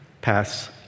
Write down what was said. pass